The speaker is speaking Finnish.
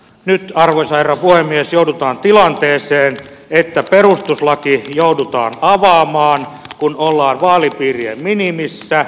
nyt arvoisa herra puhemies joudutaan tilanteeseen että perustuslaki joudutaan avaamaan kun ollaan vaalipiirien minimissä